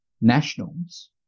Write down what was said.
nationals